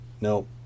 No